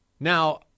Now